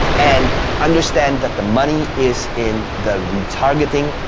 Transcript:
and understand that the money is in the retargeting,